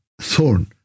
thorn